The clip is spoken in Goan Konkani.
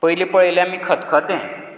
पयली पळयलें आमी खतखतें